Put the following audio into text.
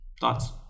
Thoughts